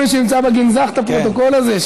מישהו ימצא בגנזך את הפרוטוקול הזה,